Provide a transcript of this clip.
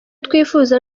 twifuza